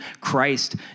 Christ